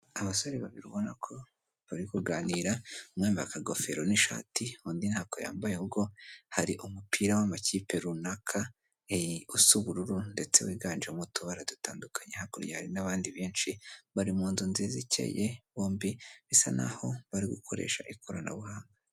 Abasore babiri ubona ko bari kuganira, umwe yambaye akagofero n'ishati, undi ntako yambaye ahubwo, hari umupira w'amakipe runaka usa ubururu ndetse wiganjemo utubara dutandukanye, hakurya hari n'abandi benshi, bari mu nzu nziza ikeye, bombi bisa naho bari gukoresha ikoranabuhanga.